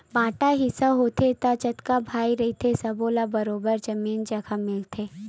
बांटा हिस्सा होथे त जतका भाई रहिथे सब्बो ल बरोबर जमीन जघा मिलथे